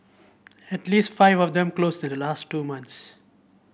at least five of them closed in the last two months